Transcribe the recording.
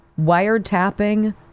wiretapping